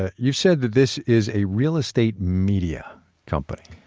ah you said that this is a real estate media company.